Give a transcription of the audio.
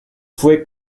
fue